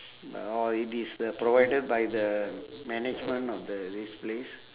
uh or it is the provided by the management of the this place